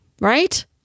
right